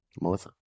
Melissa